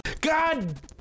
God